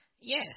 Yes